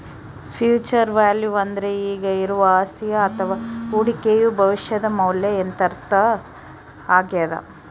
future value ಅಂದ್ರೆ ಈಗ ಇರುವ ಅಸ್ತಿಯ ಅಥವ ಹೂಡಿಕೆಯು ಭವಿಷ್ಯದ ಮೌಲ್ಯ ಎಂದರ್ಥ ಆಗ್ಯಾದ